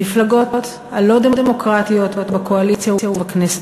המפלגות הלא-דמוקרטיות בקואליציה ובכנסת